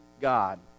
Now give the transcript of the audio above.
god